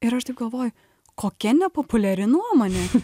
ir aš taip galvoju kokia nepopuliari nuomonė